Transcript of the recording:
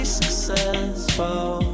successful